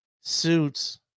suits